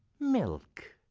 milk.